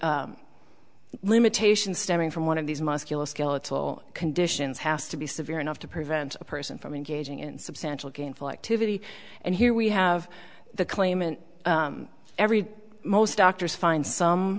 limitations stemming from one of these musculoskeletal conditions has to be severe enough to prevent a person from engaging in substantial gainful activity and here we have the claimant every most doctors find some